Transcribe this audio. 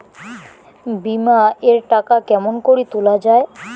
বিমা এর টাকা কেমন করি তুলা য়ায়?